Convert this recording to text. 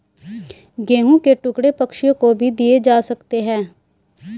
गेहूं के टुकड़े पक्षियों को भी दिए जा सकते हैं